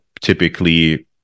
typically